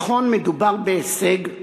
נכון, מדובר בהישג,